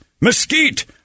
mesquite